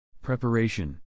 preparation